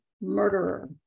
murderer